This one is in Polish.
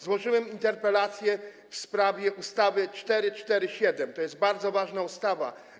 Złożyłem interpelację w sprawie ustawy 447, to jest bardzo ważna ustawa.